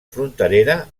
fronterera